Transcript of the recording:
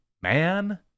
Man